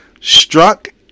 Struck